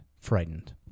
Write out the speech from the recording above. Frightened